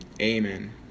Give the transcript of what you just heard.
Amen